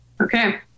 Okay